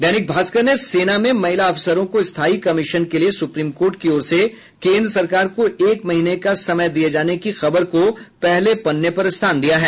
दैनिक भास्कर ने सेना में महिला अफसरों को स्थायी कमिशन के लिए सुप्रीम कोर्ट की ओर से केन्द्र सरकार को एक महीने का समय दिये जाने की खबर को पहले पन्ने पर स्थान दिया है